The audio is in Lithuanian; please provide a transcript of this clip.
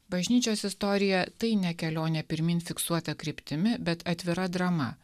bažnyčios istorija tai ne kelionė pirmyn fiksuota kryptimi bet atvira drama